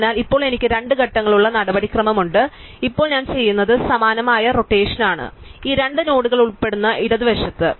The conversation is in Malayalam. അതിനാൽ ഇപ്പോൾ എനിക്ക് രണ്ട് ഘട്ടങ്ങളുള്ള നടപടിക്രമമുണ്ട് ഇപ്പോൾ ഞാൻ ചെയ്യുന്നത് സമാനമായ റോടേഷൻ ആണ് എന്നാൽ ഈ രണ്ട് നോഡുകൾ ഉൾപ്പെടുന്ന ഇടതുവശത്ത്